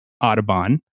Audubon